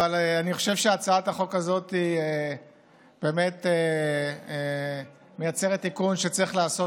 אני חושב שהצעת החוק הזאת באמת מייצרת תיקון שצריך לעשות.